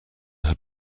had